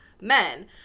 men